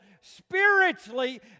spiritually